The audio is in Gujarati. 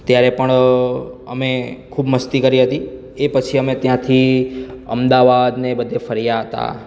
ત્યારે પણ અમે ખૂબ મસ્તી કરી હતી એ પછી અમે ત્યાંથી અમદાવાદ ને બધે ફર્યા હતા